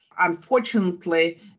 Unfortunately